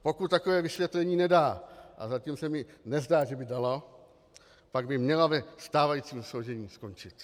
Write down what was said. Pokud takové vysvětlení nedá a zatím se mi nezdá, že by dala pak by měla ve stávajícím složení skončit.